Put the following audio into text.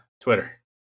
Twitter